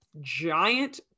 giant